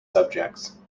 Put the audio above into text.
subjects